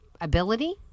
ability